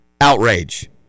outrage